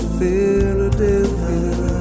Philadelphia